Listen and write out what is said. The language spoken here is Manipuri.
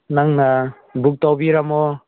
ꯅꯪꯅ ꯕꯨꯛ ꯇꯧꯕꯤꯔꯝꯃꯤ